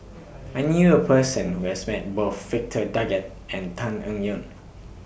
I knew A Person Who has Met Both Victor Doggett and Tan Eng Yoon